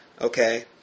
Okay